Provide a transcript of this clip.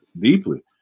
deeply